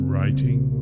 Writing